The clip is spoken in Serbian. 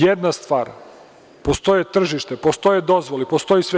Jedna stvar, postoji tržište, postoje dozvole i postoji sve.